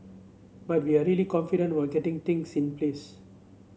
but we're really confident were getting things in place